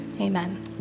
Amen